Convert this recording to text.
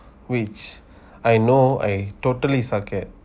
which I know I totally suck at